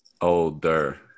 Older